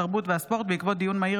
התרבות והספורט בעקבות דיון מהיר